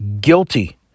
guilty